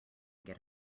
get